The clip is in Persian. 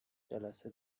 جلسه